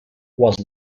was